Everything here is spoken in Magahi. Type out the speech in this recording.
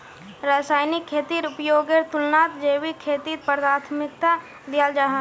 रासायनिक खेतीर उपयोगेर तुलनात जैविक खेतीक प्राथमिकता दियाल जाहा